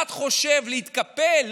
אחד חושב להתקפל,